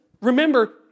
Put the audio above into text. remember